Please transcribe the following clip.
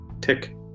tick